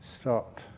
stopped